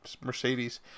Mercedes